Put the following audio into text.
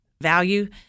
value